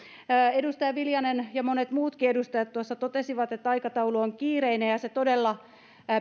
edustaja viljanen ja monet muutkin edustajat tuossa totesivat että aikataulu on kiireinen ja se todella